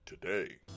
today